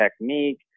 technique